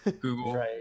google